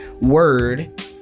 word